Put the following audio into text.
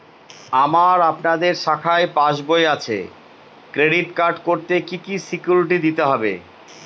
আমার আপনাদের শাখায় পাসবই আছে ক্রেডিট কার্ড করতে কি কি সিকিউরিটি দিতে হবে?